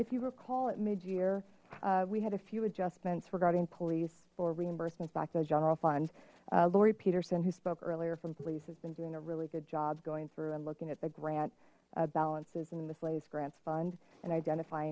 if you recall at mid year we had a few adjustments regarding police for reimbursements back to the general fund lauri peterson who spoke earlier from police has been doing a really good job going through and looking at the grant balances and in this latest grants fund and identify